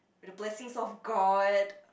through the blessings of god